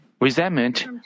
resentment